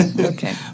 Okay